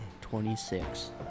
Twenty-six